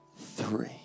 three